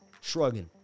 Shrugging